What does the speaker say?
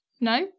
No